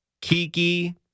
Kiki